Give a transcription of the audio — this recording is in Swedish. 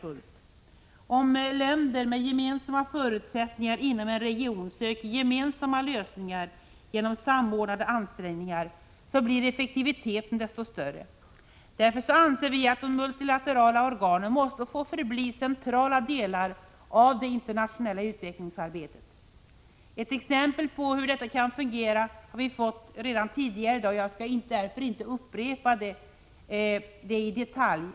Om t.ex. länder med gemensamma förutsättningar inom en region söker gemensamma lösningar genom samordnade ansträngningar, så blir effektiviteten desto större. Därför anser vi, att de multilaterala organen måste förbli centrala delar av det internationella utvecklingsarbetet. Ett exempel på hur detta kan fungera har vi fått redan tidigare i dag, och jag skall därför inte upprepa det i detalj.